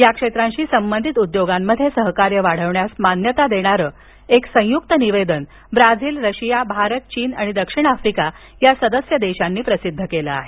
या क्षेत्रांशी संबंधित उद्योगांमध्ये सहकार्य वाढवण्यास मान्यता देणारं संयुक्त निवेदन ब्राझील रशिया भारत चीन आणि दक्षिण आफ्रिका या सदस्य देशांनी प्रसिद्ध केलं आहे